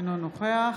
אינו נוכח